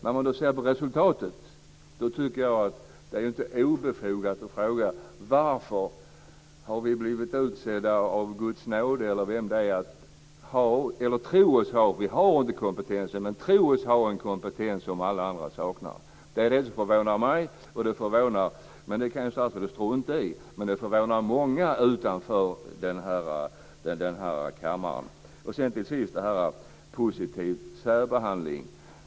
När man nu börjar se resultatet tycker jag inte att det är obefogat att fråga varför vi blivit utsedda av Guds nåde eller vem det är att tro oss ha - vi har inte den kompetensen - den kompetens som alla andra saknar. Det förvånar mig, och det förvånar - men det kan statsrådet strunta i - många utanför den här kammaren. Till sist om positiv särbehandling.